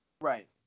Right